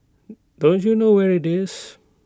don't you know where IT is